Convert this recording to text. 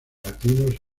latinos